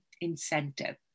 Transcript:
incentive